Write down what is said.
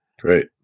great